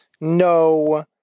no